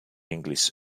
english